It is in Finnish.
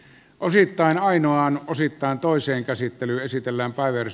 osittain ainoan osittain toisen käsittely esitellään waivers